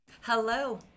hello